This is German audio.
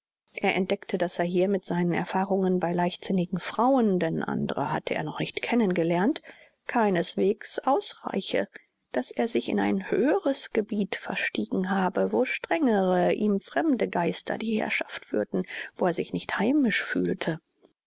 er entdeckte daß er hier mit seinen erfahrungen bei leichtsinnigen frauen denn andere hatte er noch nicht kennen gelernt keinesweges ausreiche daß er sich in ein höheres gebiet verstiegen habe wo strengere ihm fremde geister die herrschaft führten wo er sich nicht heimisch fühlte